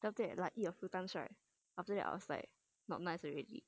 then after that like eat a few times right after that I was like not nice already